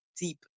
deep